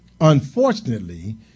Unfortunately